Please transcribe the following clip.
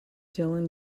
dylan